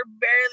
barely